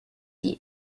die